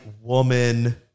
woman